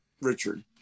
Richard